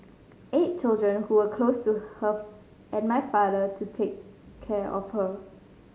eight children who were close to her and my father to take care of her